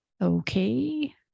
Okay